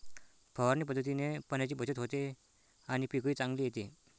फवारणी पद्धतीने पाण्याची बचत होते आणि पीकही चांगले येते